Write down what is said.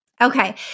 Okay